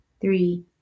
three